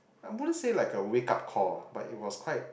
I wouldn't say like a wake up call but it was quite